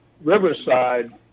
Riverside